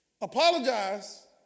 Apologize